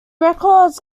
records